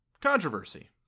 controversy